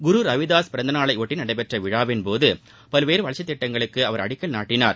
குரு ரவிதூஸ் பிறந்தநாளையொட்டி நடைபெற்ற விழாவின் போது பல்வேறு வளர்ச்சித் திட்டங்களுக்கு அவர் அடிக்கல் நாட்டினார்